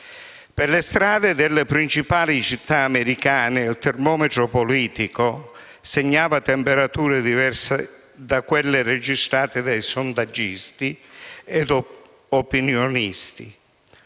Per le strade delle principali città americane il termometro politico segnava temperature diverse da quelle registrate da sondaggisti e opinionisti,